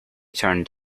turned